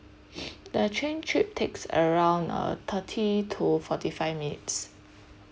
the train trip takes around uh thirty to forty five minutes